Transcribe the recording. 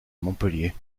montpellier